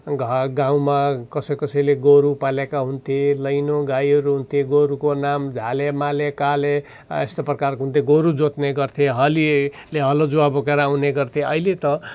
घ गाउँमा कसै कसैले गोरु पालेका हुन्थे लैनो गाईहरू हुन्थे गोरुको नाम झाले माले काले यस्तै परकारका हुन्थे गोरु जोत्ने गर्थे हलीले हलो जुवा बोकेर आउने गर्थे अहिले त